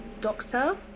Doctor